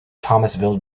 thomasville